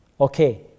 Okay